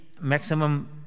maximum